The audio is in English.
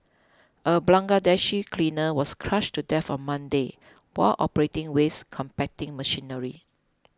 a Bangladeshi cleaner was crushed to death on Monday while operating waste compacting machinery